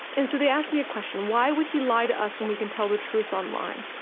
and so they asked me a question why would he lie to us when we can tell the truth online?